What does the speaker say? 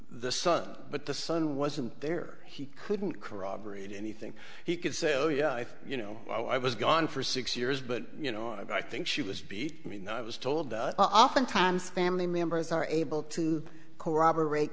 the son but the son wasn't there he couldn't corroborate anything he could say oh yeah you know i was gone for six years but you know i think she was beat me and i was told us oftentimes family members are able to corroborate